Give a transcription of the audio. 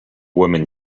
woman